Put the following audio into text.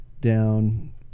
down